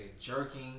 jerking